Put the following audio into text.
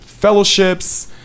fellowships